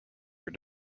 were